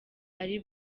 ari